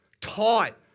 taught